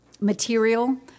material